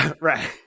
right